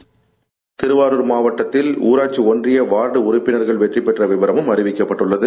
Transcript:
voice bite Thiruvarur மாவட்டத்தில் ஊராட்சி ஒன்றிய வார்டு உறுப்பினர்கள் வெற்றிபெற்ற விபரமும் அறிவிக்கப்பட்டுள்ளது